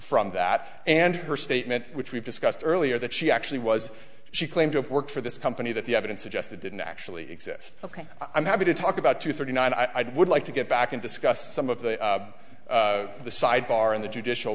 from that and her statement which we've discussed earlier that she actually was she claimed to have worked for this company that the evidence suggested didn't actually exist ok i'm happy to talk about two thirty nine i'd would like to get back in discuss some of the side bar in the judicial